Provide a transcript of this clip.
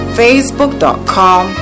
facebook.com